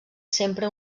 sempre